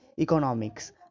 economics